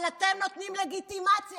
אבל אתם נותנים לגיטימציה,